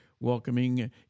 Welcoming